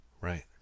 Right